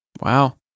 Wow